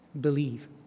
believe